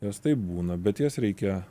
jos taip būna bet jas reikia